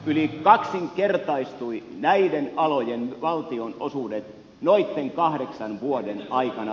yli kaksinkertaistuivat näiden alojen valtionosuudet noitten kahdeksan vuoden aikana